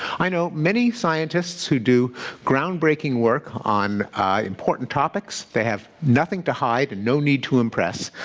i know many scientists who do groundbreaking work on important topics. they have nothing to hide and no need to impress,